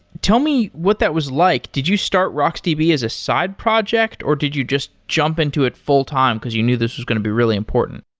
tell me what that was like, did you start rocksdb as a side project or did you just jump into it full time because you knew this is going to be really important?